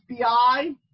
FBI